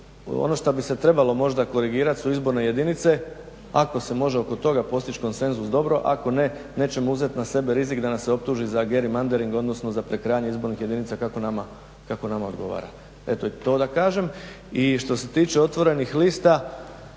Ono što bi se trebalo možda korigirati su izborne jedinice, ako se može oko toga postići konsenzus, dobro, ako ne, nećemo uzeti na sebe rizik da nas se optuži za … odnosno za prekrajanje izbornih jedinica kako nama odgovara. Eto, to da kažem. I što se tiče otvorenih lista,